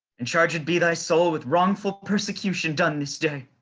and charged be thy soul with wrongful persecution done this day.